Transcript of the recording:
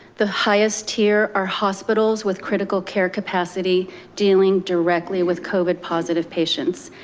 the highest tier or hospitals with critical care capacity dealing directly with covid positive patients.